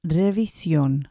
revisión